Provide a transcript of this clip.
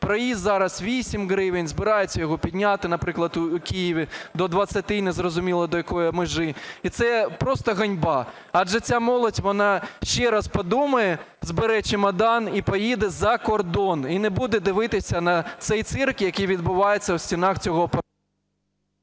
проїзд зараз 8 гривень, збираються його підняти, наприклад, у Києві до 20 і незрозуміло, до якої межі. І це просто ганьба, адже ця молодь, вона ще раз подумає, збере чемодан і поїде за кордон і не буде дивитися на цей цирк, який відбувається в стінах цього...